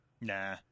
Nah